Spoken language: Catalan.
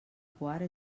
quart